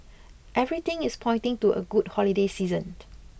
everything is pointing to a good holiday season